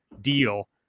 deal